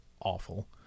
awful